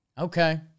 okay